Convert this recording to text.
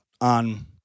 on